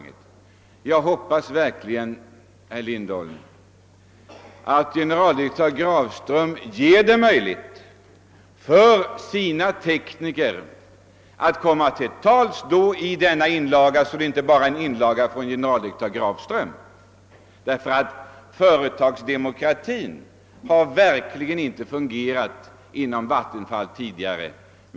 Jag hoppas verkligen att generaldirektör Grafström då låter även sina tekniker komma till tals så att det inte bara blir en inlaga från honom själv. Företagsdemokratin har verkligen inte fungerat inom Vattenfall tidigare.